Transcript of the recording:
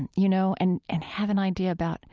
and you know, and and have an idea about